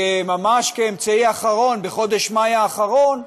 ממש כאמצעי אחרון, בחודש מאי האחרון,